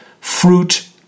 fruit